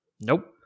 Nope